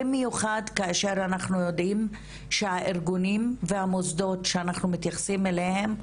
במיוחד כאשר אנחנו יודעים שהארגונים והמוסדות שאנחנו מתייחסים אליהם,